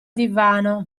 divano